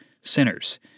sinners